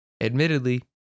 admittedly